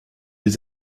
des